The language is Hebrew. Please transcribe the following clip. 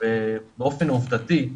באופן עובדתי,